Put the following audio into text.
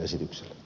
kiitos